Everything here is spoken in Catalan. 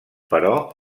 però